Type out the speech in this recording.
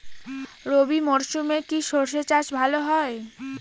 রবি মরশুমে কি সর্ষে চাষ ভালো হয়?